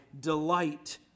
delight